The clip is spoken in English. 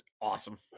awesome